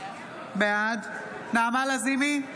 בעד נעמה לזימי,